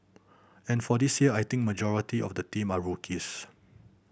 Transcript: and for this year I think majority of the team are rookies